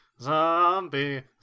zombie